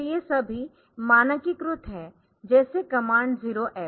तो ये सभी मानकीकृत है जैसे कमांड 0f